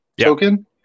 token